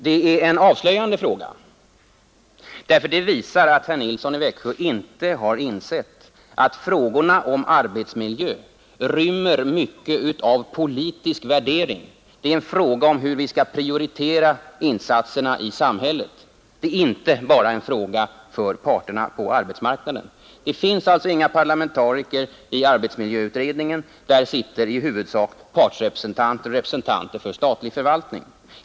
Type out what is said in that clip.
Det är en avslöjande fråga därför att den visar att herr Nilsson inte har insett att frågorna om arbetsmiljö rymmer mycket av politisk värdering. Det är en fråga om hur vi skall prioritera insatserna i samhället. Det är inte bara en fråga för parterna på arbetsmarknaden. Det finns alltså inga parlamentariker i arbetsmiljöutredningen. Där sitter i huvudsak partsrepresentanter och representanter för statlig förvaltning.